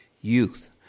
youth